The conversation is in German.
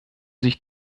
sich